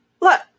look